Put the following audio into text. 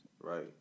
right